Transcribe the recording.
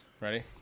Ready